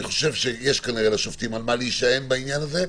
אני חושב שיש לשופטים על מה להישען בעניין הזה.